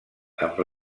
amb